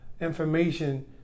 information